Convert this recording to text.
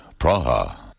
Praha